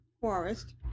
Forest